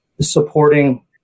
supporting